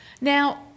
Now